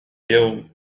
يوم